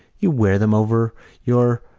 you wear them over your.